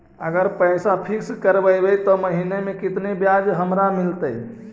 अगर पैसा फिक्स करबै त महिना मे केतना ब्याज हमरा मिलतै?